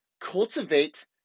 cultivate